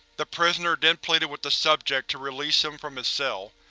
the prisoner then pleaded with the subject to release him from his cell.